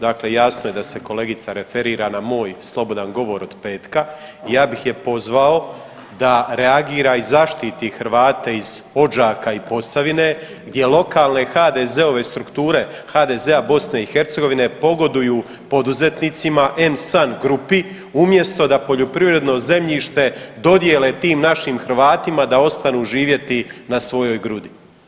Dakle jasno je da se kolegica referira na moj slobodan govor od petka, ja bih je pozvao da reagira i zaštiti Hrvate iz Odžaka i Posavine gdje lokalne HDZ-ove strukture, HDZ-a BiH pogoduju poduzetnicima M-San grupi umjesto da poljoprivredno zemljište dodjele tim našim Hrvatima da ostanu živjeti na svojoj grudi.